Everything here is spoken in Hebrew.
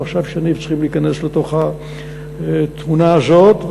ועכשיו "שניב" צריכים להיכנס לתוך התמונה הזאת,